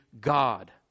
God